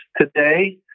today